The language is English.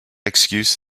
excuse